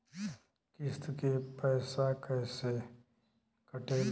किस्त के पैसा कैसे कटेला?